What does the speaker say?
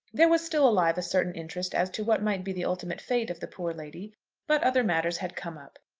there was still alive a certain interest as to what might be the ultimate fate of the poor lady but other matters had come up,